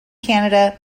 canada